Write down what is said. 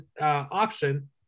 option